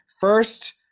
First